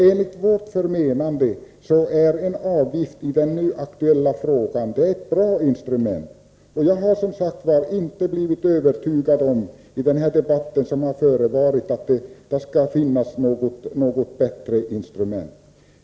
Enligt vårt förmenande är den nu aktuella avgiften ett bra instrument. Jag har som sagt inte blivit övertygad genom den här debatten om att det skulle finnas något bättre instrument.